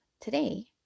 today